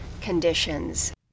conditions